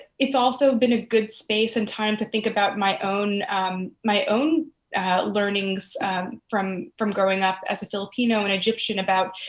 it's also been a good space and time to think about my own my own learnings from from growing up as a filipino and egyptian about